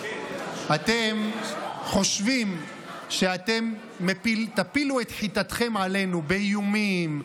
אתם חושבים שאתם תפילו את חיתתכם עלינו באיומים,